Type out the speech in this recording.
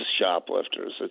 shoplifters